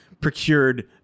procured